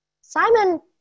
Simon